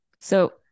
So-